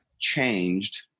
changed